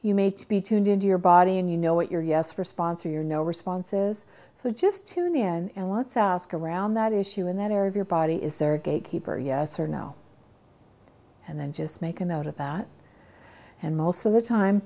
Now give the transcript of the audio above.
to be tuned into your body and you know what your yes response or your no responses so just tune in and let's ask around that issue in that area of your body is there a gatekeeper yes or no and then just make a note of that and most of the time